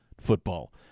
football